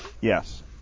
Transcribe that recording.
Yes